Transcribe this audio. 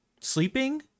sleeping